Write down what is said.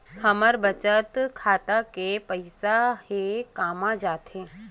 हमर बचत खाता के पईसा हे कामा जाथे?